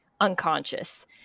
unconscious